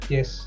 Yes